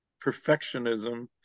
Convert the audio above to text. perfectionism